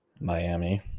Miami